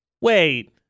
wait